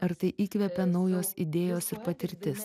ar tai įkvepia naujos idėjos ir patirtis